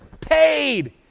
paid